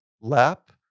lap